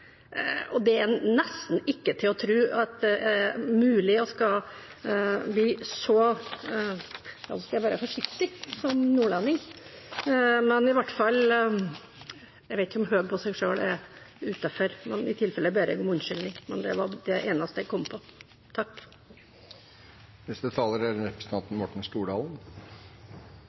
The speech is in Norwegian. styrer etter. Det er nesten ikke til å tro at det er mulig å bli så – nå skal jeg være forsiktig, som nordlending – «høg på seg sjøl». Jeg vet ikke om det er utenfor, og i tilfelle ber jeg om unnskyldning, men det var det eneste jeg kom på.